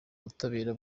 butabera